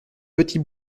petit